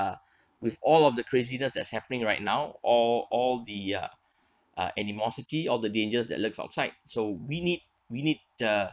uh with all of the craziness that's happening right now all all the uh uh animosity all the dangers that live outside so we need we need uh